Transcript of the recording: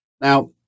Now